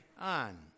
on